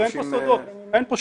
אבל מרגע שנכנסתי לחדר יש לי כאב ראש